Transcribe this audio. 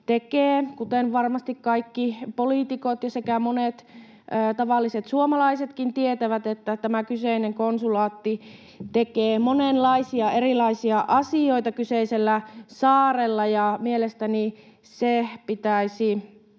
tekee, kuten varmasti kaikki poliitikot sekä monet tavalliset suomalaisetkin tietävät, monenlaisia erilaisia asioita kyseisellä saarella, ja mielestäni se pitäisi